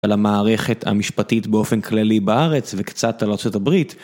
על המערכת המשפטית באופן כללי בארץ וקצת על ארה״ב.